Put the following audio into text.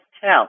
tell